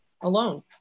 alone